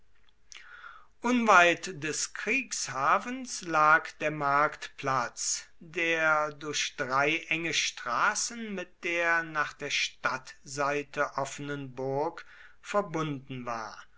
unweit des kriegshafens lag der marktplatz der durch drei enge straßen mit der nach der stadtseite offenen burg verbunden war